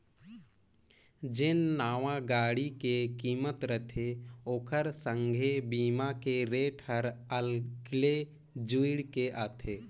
जेन नावां गाड़ी के किमत रथे ओखर संघे बीमा के रेट हर अगले जुइड़ के आथे